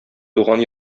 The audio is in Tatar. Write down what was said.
туган